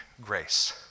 grace